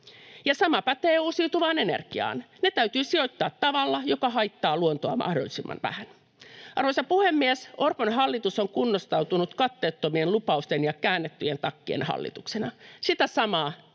sama pätee uusiutuvaan energiaan: se täytyy sijoittaa tavalla, joka haittaa luontoa mahdollisimman vähän. Arvoisa puhemies! Orpon hallitus on kunnostautunut katteettomien lupausten ja käännettyjen takkien hallituksena. Sitä samaa